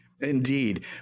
Indeed